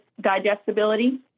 digestibility